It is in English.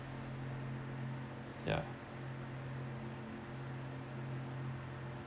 yeah